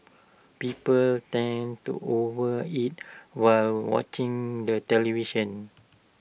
people tend to overeat while watching the television